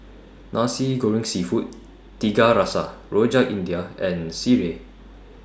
Nasi Goreng Seafood Tiga Rasa Rojak India and Sireh